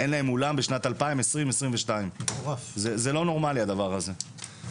שאין להם אולם בשנת 2022. זה לא נורמלי הדבר הזה.